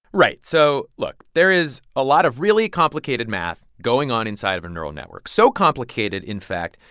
right. so, look there is a lot of really complicated math going on inside of a neural network so complicated, in fact,